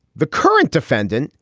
the current defendant,